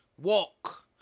Walk